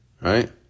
Right